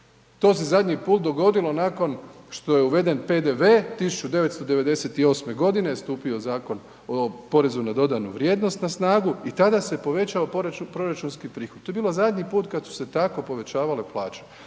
To se zadnji put dogodilo nakon što je uveden PDV, 1998. g. je stupio Zakon o PDV-u na snagu i tada se povećao proračunski prihod, to je bilo zadnji put kad su se tako povećavale plaće.